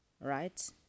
right